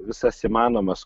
visas įmanomas